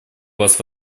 вас